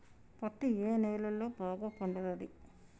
పత్తి ఏ నేలల్లో బాగా పండుతది?